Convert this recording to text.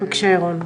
ראשית,